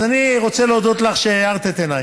אז אני רוצה להודות לך שהארת את עיניי.